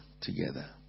together